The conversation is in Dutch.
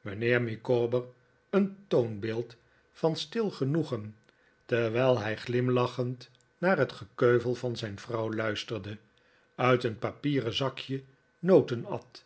mijnheer micawber een toonbeeld van stil david copperfield genoegen terwijl hij glimlachend haar het gekeuvel van zijn vrouw luisterde uit een papieren zakje noten at